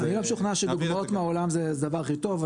אני לא משוכנע שדוגמאות מעולם זה הדבר הכי טוב.